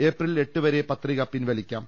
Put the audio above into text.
April എട്ട് വരെ പത്രിക പിൻവലിക്കാം